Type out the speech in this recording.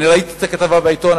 אני ראיתי את הכתבה בעיתון,